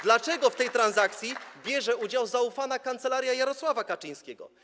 Dlaczego w tej transakcji bierze udział zaufana kancelaria Jarosława Kaczyńskiego?